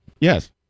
Yes